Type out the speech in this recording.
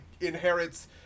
inherits